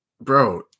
Bro